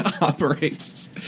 operates